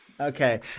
Okay